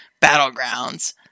Battlegrounds